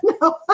no